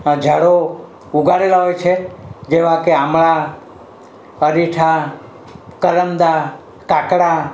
ઝાડો ઉગાડેલાં હોય છે જેવાં કે આંબળા અરીઠા કરમદાં કાકડા